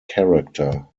character